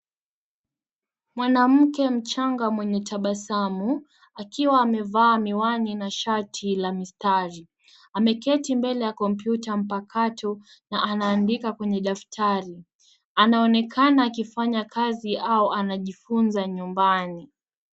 Mwanamke mchanga mwenye tabasamu akiwa amevaa miwani na shati la mistari. Ameketi mbele ya kompyuta mpakato na anaandika kwenye daftari. Anaonekana akifanya kazi au anajifuza nyumbani.